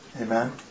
Amen